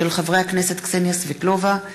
של חברי הכנסת קסניה סבטלובה,